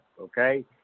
okay